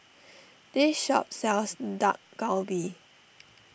this shop sells Dak Galbi